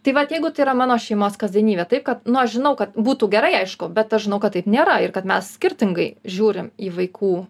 tai vat jeigu tai yra mano šeimos kasdienybė taip kad nu aš žinau kad būtų gerai aišku bet aš žinau kad taip nėra ir kad mes skirtingai žiūrim į vaikų